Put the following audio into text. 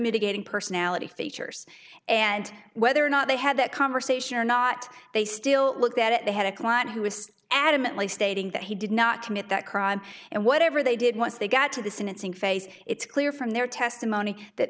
mitigating personality features and whether or not they had that conversation or not they still looked at it they had a client who was adamantly stating that he did not commit that crime and whatever they did was they got to the sentencing phase it's clear from their testimony that